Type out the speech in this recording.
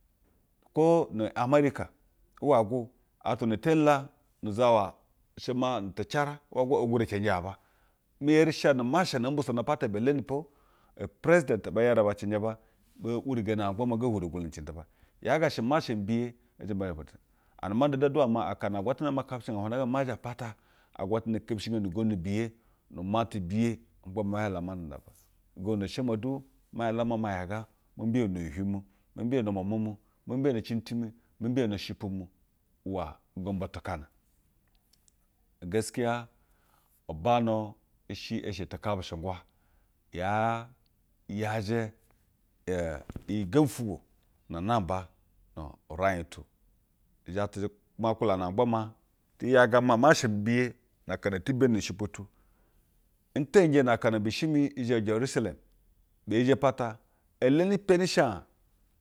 Kwo na amerika. Hwuye go, atwa na teni la uzawa she maa nu tecara, hwuye go e gwurecenji a-j ba eri sha nu masha na oo mbiso na pata be teni po. Upresident, bu iyere aba ɛɛnjɛ aba bo wurigeni ma gba maa he hwuri gwulo na cɛnjɛ ta aba. Yaa ga shɛ masha mi biye ezhe ne apata. Ma nda du aduwa maa akana agwa tana ma kapeshengana uhwajna goma zha pata, agwatana kepishingeni ugondu biye, nu matu biye, ma gba mazhela pata. Ugondu na she maa du nzhe mama yaga, mo mbiyono hiuhiu mu, mo mbiyono mwanwa mu, mo mbiyono cɛnjɛ ti mi, mo mbiyono shɛ pwu mi uwo gombo tet kaana. Ugeskiya ubana i she eshe tɛkapeshengwa. Yaa yajɛ iyi gembi fwugwo na namba nuuraij tu izhe tu ma nkwulana ma gba maa, te yaga ma masha mi biye na akana eti beni nu ushe pwu tu. Nteyinjɛ na akana bishi mi zhe terusalem, bee zhe pata e leni teni shi aj